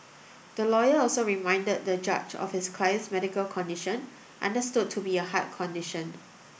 the lawyer also reminded the judge of his client's medical condition understood to be a heart condition